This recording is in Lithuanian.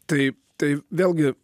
tai tai vėlgi